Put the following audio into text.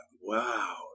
wow